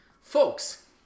Folks